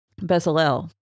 Bezalel